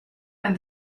and